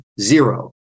Zero